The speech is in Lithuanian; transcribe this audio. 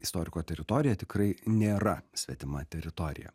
istoriko teritorija tikrai nėra svetima teritorija